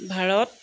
Bharat